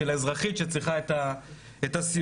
של האזרחית שצריכה את הסיוע.